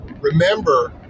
Remember